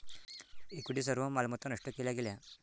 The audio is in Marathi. इक्विटी सर्व मालमत्ता नष्ट केल्या गेल्या